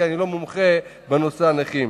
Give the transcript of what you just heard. כי אני לא מומחה בנושא הנכים.